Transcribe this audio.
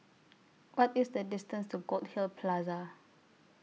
What IS The distance to Goldhill Plaza